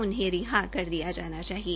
उन्हें रिहा कर दिया जाना चाहिए